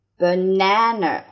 banana